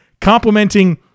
complimenting